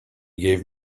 gave